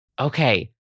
okay